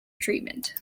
treatment